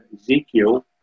Ezekiel